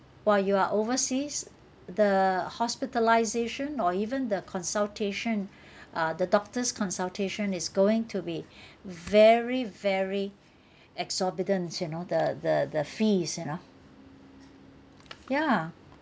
while you are overseas the hospitalisation or even the consultation uh the doctor's consultation is going to be very very exorbitant you know the the the fees you know ya